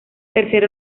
tercera